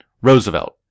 Roosevelt